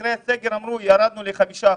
אחרי הסגר אמרו: ירדנו ל-5%,